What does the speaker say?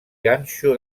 ganxo